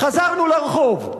חזרנו לרחוב.